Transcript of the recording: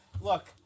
Look